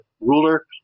ruler